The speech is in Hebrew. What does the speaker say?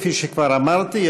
כפי שכבר אמרתי,